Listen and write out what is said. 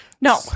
No